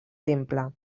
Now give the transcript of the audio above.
temple